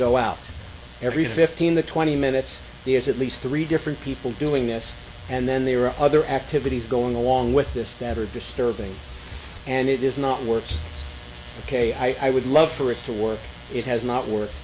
go out every fifteen to twenty minutes there's at least three different people doing this and then they are other activities going along with this that are disturbing and it is not working ok i would love for it to work it has not work